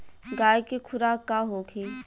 गाय के खुराक का होखे?